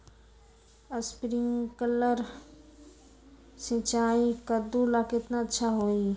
Sprinkler सिंचाई कददु ला केतना अच्छा होई?